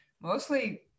mostly